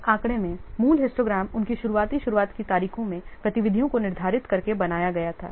इस आंकड़े में मूल हिस्टोग्राम उनकी अर्लीस्ट स्टार्ट डेट में गतिविधियों को निर्धारित करके बनाया गया था